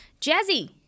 Jazzy